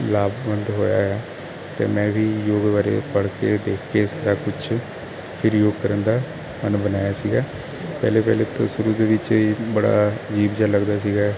ਲਾਭਵੰਦ ਹੋਇਆ ਤੇ ਮੈਂ ਵੀ ਯੋਗ ਬਾਰੇ ਪੜ੍ਹ ਕੇ ਦੇਖ ਕੇ ਇਸ ਦਾ ਕੁਛ ਫਿਰ ਯੋਗ ਕਰਨ ਦਾ ਮਨ ਬਣਾਇਆ ਸੀਗਾ ਪਹਿਲੇ ਪਹਿਲੇ ਤੋਂ ਸ਼ੁਰੂ ਦੇ ਵਿੱਚ ਬੜਾ ਅਜੀਬ ਜਿਹਾ ਲੱਗਦਾ ਸੀਗਾ